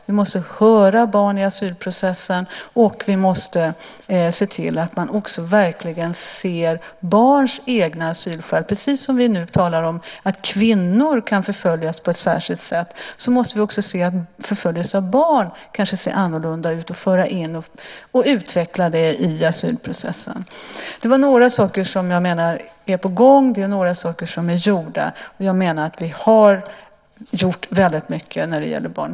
Vi måste höra barn i asylprocessen, och vi måste se barns egna asylskäl. Precis som vi nu talar om att kvinnor kan förföljas på ett särskilt sätt måste vi också se att förföljelse av barn kan se annorlunda ut och föra in och utveckla det i asylprocessen. Det var några saker som jag menar är på gång och några som är gjorda. Jag menar att vi har gjort mycket när det gäller barn.